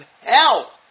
hell